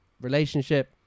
relationship